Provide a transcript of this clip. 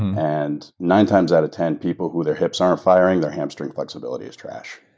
and nine times out of ten, people who their hips aren't firing, their hamstring flexibility is trash.